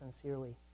sincerely